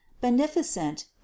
beneficent